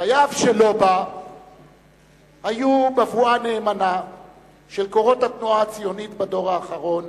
חייו של לובה היו בבואה נאמנה של קורות התנועה הציונית בדור האחרון,